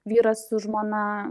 vyras su žmona